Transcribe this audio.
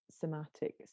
somatic